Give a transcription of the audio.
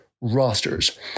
rosters